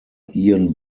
ian